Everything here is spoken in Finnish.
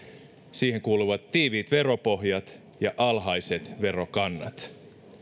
siihen kuuluvat tiiviit veropohjat ja alhaiset verokannat